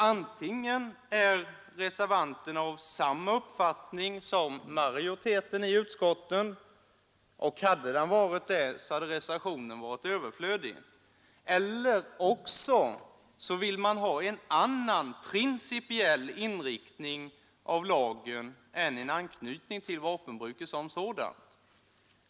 Antingen är reservanterna av samma uppfattning som majoriteten i utskottet — och i så fall hade reservationen varit överflödig — eller också vill de ha en annan principiell inriktning av lagen än en anknytning till vapenbruket som sådant.